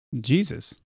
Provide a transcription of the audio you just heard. Jesus